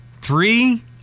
Three